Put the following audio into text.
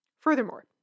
Furthermore